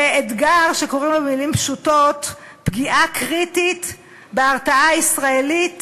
זה אתגר שקוראים לו במילים פשוטות: פגיעה קריטית בהרתעה הישראלית